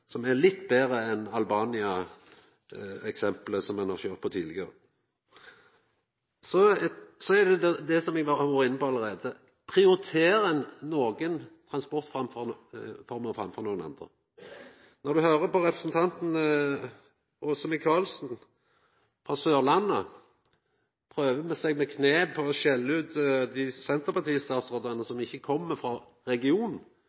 som er litt betre enn albaniaeksemplet, som ein har køyrt på med tidlegare. Så til det som eg har vore inne på allereie: Prioriterer ein nokon transportformer framfor andre? Når ein høyrer på at representanten Åse Michaelsen frå Sørlandet prøvar seg med knepet å skjella ut dei senterpartistatsrådane som ikkje kjem frå regionen,